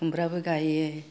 खुमब्राबो गाइयो